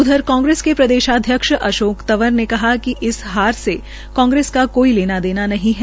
उधर कांग्रेस के प्रदेशाध्यक्ष अशोर तंवर ने कहा है कि इस हार से कांग्रेस का कोई लेना देना नहीं है